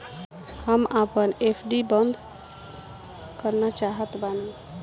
हम आपन एफ.डी बंद करना चाहत बानी